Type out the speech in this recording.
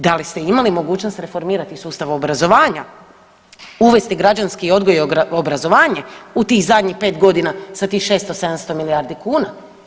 Da li ste imali mogućnost reformirati sustav obrazovanja, uvesti građanski odgoj i obrazovanje u tih zadnjih 5.g. sa tih 600-700 milijardi kuna?